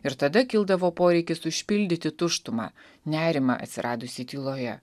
ir tada kildavo poreikis užpildyti tuštumą nerimą atsiradusį tyloje